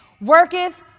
worketh